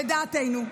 לדעתנו,